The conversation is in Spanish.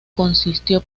consistió